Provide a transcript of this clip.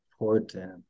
important